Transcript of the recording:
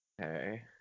Okay